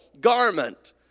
garment